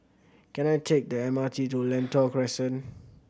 can I take the M R T to Lentor Crescent